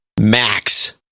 max